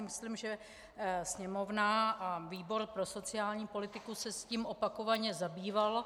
Myslím si, že Sněmovna a výbor pro sociální politiku se tím opakovaně zabývaly.